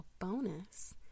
Bonus